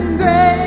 great